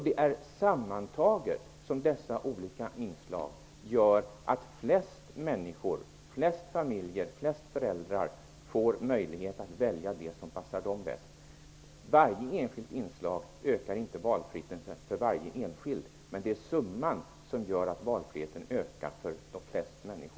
Det är dessa olika inslag sammantaget som gör att flest människor, flest familjer och flest föräldrar får möjlighet att välja det som passar dem bäst. Varje enskilt inslag ökar inte valfriheten för varje enskild individ, men det är summan som gör att valfriheten ökar för de flesta.